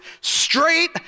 straight